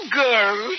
girl